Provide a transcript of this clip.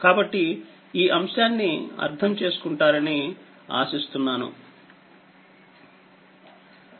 కాబట్టిఈ అంశాన్ని అర్థం చేసుకుంటారని ఆశిస్తున్నాను